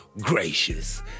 gracious